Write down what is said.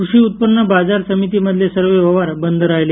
कृषी उत्पन्न बाजार समितीमधले सर्व व्यवहार बंद राहिले